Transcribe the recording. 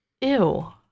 Ew